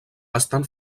estan